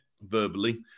verbally